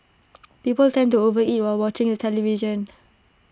people tend to overeat while watching the television